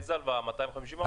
איזו הלוואה, 250 או 400?